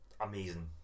amazing